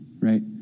right